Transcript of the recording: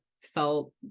felt